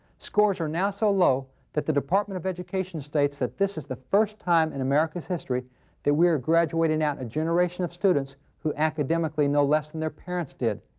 scores are now so low that the department of education states that this is the first time in america's history that we are graduating out a generation of students who academically know less than their parents did.